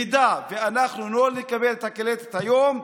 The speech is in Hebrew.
אם אנחנו לא נקבל את הקלטת היום,